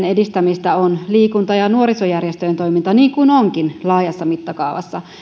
edistämistä on liikunta ja nuorisojärjestöjen toiminta niin kuin onkin laajassa mittakaavassa